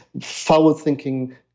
forward-thinking